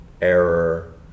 error